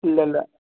ഇല്ലല്ല